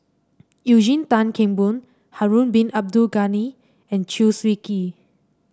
Eugene Tan Kheng Boon Harun Bin Abdul Ghani and Chew Swee Kee